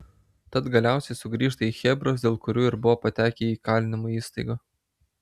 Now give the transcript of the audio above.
tad galiausiai sugrįžta į chebras dėl kurių ir buvo patekę į įkalinimo įstaigą